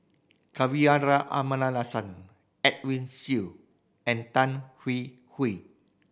Kavignareru Amallathasan Edwin Siew and Tan Hwee Hwee